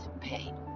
pain